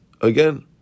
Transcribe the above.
again